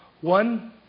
One